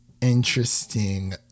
interesting